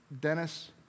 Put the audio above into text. Dennis